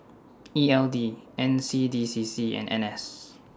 E L D N C D C C and N S